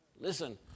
Listen